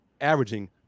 averaging